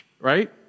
right